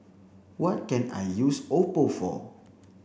what can I use Oppo for